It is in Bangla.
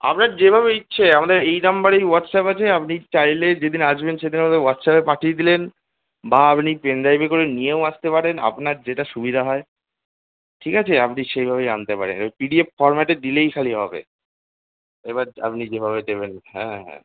আপনার যেভাবে ইচ্ছে আমাদের এই নম্বরেই হোয়াটসঅ্যাপ আছে আপনি চাইলে যেদিন আসবেন সেদিন আমাদের হোয়াটসঅ্যাপে পাঠিয়ে দিলেন বা আপনি পেনড্রাইভে করে নিয়েও আসতে পারেন আপনার যেটা সুবিধা হয় ঠিক আছে আপনি সেইভাবেই আনতে পারেন ঐ পিডিএফ ফর্ম্যাটে দিলেই খালি হবে এবার আপনি যেভাবে দেবেন হ্যাঁ হ্যাঁ